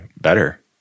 better